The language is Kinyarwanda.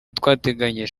twateganyaga